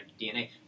DNA